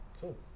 Cool